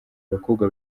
abakobwa